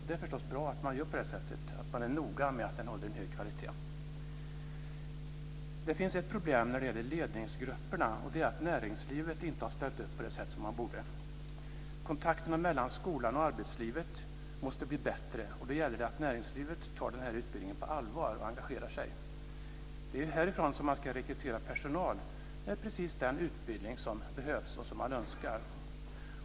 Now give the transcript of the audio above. Det är förstås bra att man gör på det sättet, att man är noga med att utbildningen håller en hög kvalitet. Det finns ett problem när det gäller ledningsgrupperna, och det är att näringslivet inte har ställt upp på det sätt som man borde. Kontakterna mellan skolan och arbetslivet måste bli bättre, och då gäller det att näringslivet tar den här utbildningen på allvar och engagerar sig. Det är härifrån som man ska rekrytera personal med precis den utbildning som behövs och som man önskar.